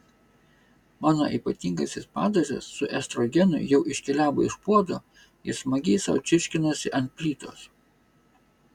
mano ypatingasis padažas su estrogenu jau iškeliavo iš puodo ir smagiai sau čirškinosi ant plytos